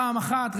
פעם אחת,